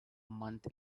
month